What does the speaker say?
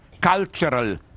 cultural